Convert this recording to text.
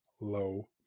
low